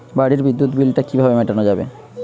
বাড়ির বিদ্যুৎ বিল টা কিভাবে মেটানো যাবে?